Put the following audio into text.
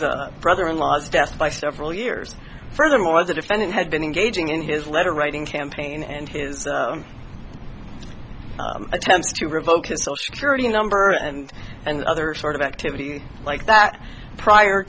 his brother in law's death by several years furthermore the defendant had been engaging in his letter writing campaign and his attempts to revoke his social security number and and other sort of activity like that prior